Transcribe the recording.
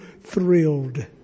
thrilled